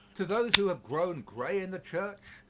to those who have grown gray in the church,